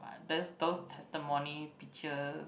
but there's those testimony pictures